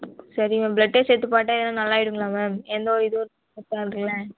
சரிங்க blood test எடுத்து பார்த்தா எனக்கு நல்லாயிருங்களா எந்த ஒரு இதுவும் இருக்காதுல்ல